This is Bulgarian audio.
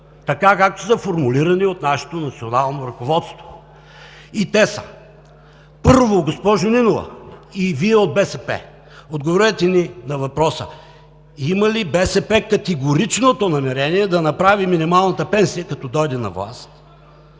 както са формулирани от нашето национално ръководство. Те са, първо, госпожо Нинова, и Вие от БСП, отговорете на въпроса ми: има ли БСП категоричното намерение да направи минималната пенсия, като дойде на власт,